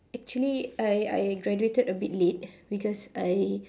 actually I I graduated a bit late because I